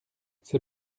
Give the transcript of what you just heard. c’est